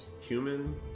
human